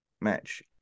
match